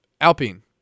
Alpine